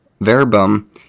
verbum